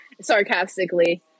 sarcastically